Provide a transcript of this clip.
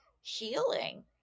healing